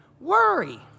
worry